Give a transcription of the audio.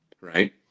Right